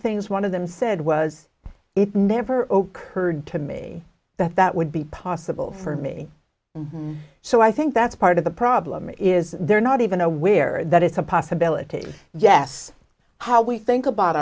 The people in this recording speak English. things one of them said was it never ocurred to me that that would be possible for me so i think that's part of the problem is they're not even aware that it's a possibility yes how we think about